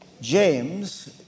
James